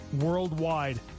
worldwide